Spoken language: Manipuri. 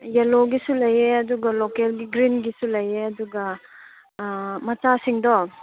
ꯌꯦꯜꯂꯣꯒꯤꯁꯨ ꯂꯩꯌꯦ ꯑꯗꯨꯒ ꯂꯣꯀꯦꯜꯒꯤ ꯒ꯭ꯔꯤꯟꯒꯤꯁꯨ ꯂꯩꯌꯦ ꯑꯗꯨꯒ ꯃꯆꯥꯁꯤꯡꯗꯣ